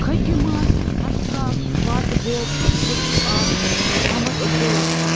کھٔجہِ ماس حسکاک فاتب کُلسم آب محمد عبداللہ